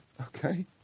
Okay